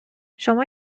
شما